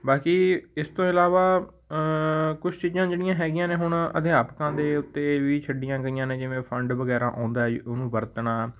ਬਾਕੀ ਇਸ ਤੋਂ ਇਲਾਵਾ ਕੁਛ ਚੀਜ਼ਾਂ ਜਿਹੜੀਆਂ ਹੈਗੀਆਂ ਨੇ ਹੁਣ ਅਧਿਆਪਕਾਂ ਦੇ ਉੱਤੇ ਵੀ ਛੱਡੀਆਂ ਗਈਆਂ ਨੇ ਜਿਵੇਂ ਫੰਡ ਵਗੈਰਾ ਆਉਂਦਾ ਹੈ ਜੀ ਉਹਨੂੰ ਵਰਤਣਾ